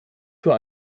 für